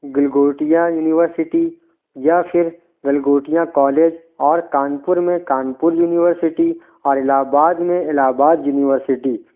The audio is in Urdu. گلگوٹیا یونیورسٹی یا پھر گلگوٹیا کالج اور کانپور میں کانپور یونیورسٹی اور الہ آباد میں الہ آباد یونیورسٹی